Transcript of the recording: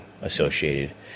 associated